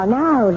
now